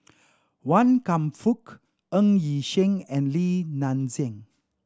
Wan Kam Fook Ng Yi Sheng and Li Nanxing